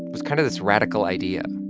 was kind of this radical idea.